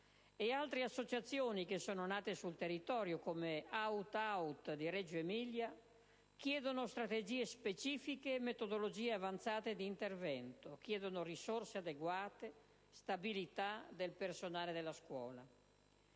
ed altre associazioni che sono nate sul territorio, come AutAut di Reggio Emilia, chiedono strategie specifiche e metodologie avanzate di intervento, chiedono risorse adeguate, stabilità del personale della scuola.